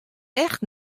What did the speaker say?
echt